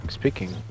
speaking